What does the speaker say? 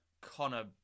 Connor